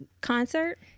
concert